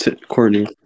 Courtney